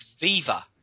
Viva